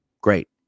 Great